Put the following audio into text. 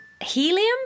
Helium